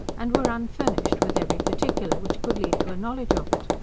and were unfurnished with every particular which could lead to a knowledge of it.